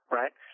right